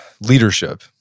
leadership